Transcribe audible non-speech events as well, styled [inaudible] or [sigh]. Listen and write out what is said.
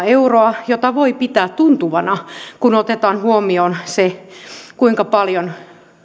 [unintelligible] euroa jota voi pitää tuntuvana kun otetaan huomioon se kuinka paljon